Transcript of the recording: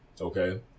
okay